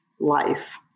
life